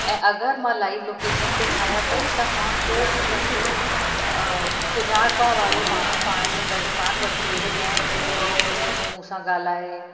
ऐं अगरि मां लाइव लोकेशन ते ठाहियां पई त मां को बि पंहिंजो सुञाणप वारो माण्हू पाण सां गॾु कोन वठी वेंदी आहियां कि जो विच विच में मूं सां ॻाल्हाए